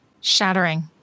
Shattering